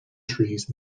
trees